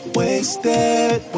wasted